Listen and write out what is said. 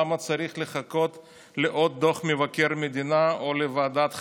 למה צריך לחכות לעוד דוח מבקר מדינה או לוועדת חקירה?